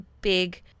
big